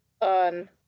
on